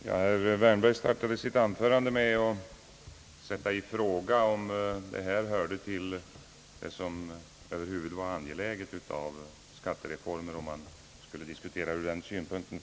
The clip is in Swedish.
Herr talman! Herr Wärnberg startade sitt anförande med att sätta i fråga, om detta hörde till det som över huvud taget var angeläget av skattereformer, om man nu skulle diskutera ur den synpunkten.